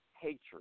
hatred